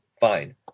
fine